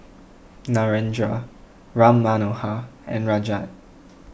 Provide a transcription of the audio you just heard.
Narendra Ram Manohar and Rajat